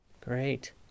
Great